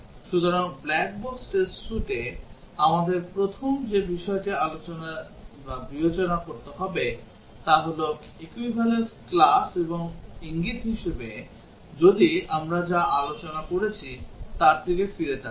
সুতরাং black box test suite এ আমাদের প্রথম যে বিষয়টি বিবেচনা করতে হবে তা হল equivalence class এবং ইঙ্গিত হিসাবে যদি আমরা যা আলোচনা করেছি তার দিকে ফিরে তাকাই